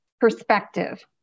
perspective